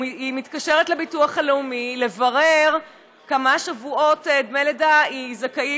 היא מתקשרת לביטוח לאומי לברר לכמה שבועות דמי לידה היא זכאית,